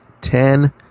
ten